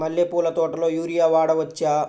మల్లె పూల తోటలో యూరియా వాడవచ్చా?